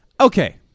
Okay